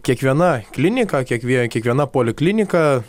kiekviena klinika kiekvie kiekviena poliklinika